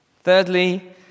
Thirdly